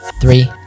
three